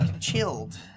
chilled